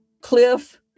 cliff